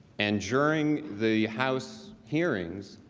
and during the house hearing,